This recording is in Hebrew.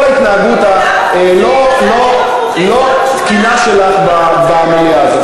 ההתנהגות הלא-תקינה שלך במליאה הזאת.